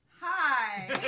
Hi